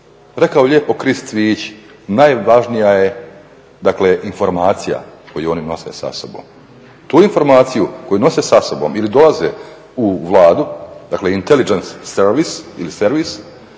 rekao je lijepo Chris Cvijić najvažnija je informacija koju oni nose sa sobom. Tu informaciju koju oni nose sa sobom ili dolaze u Vladu dakle intelligence services ili servis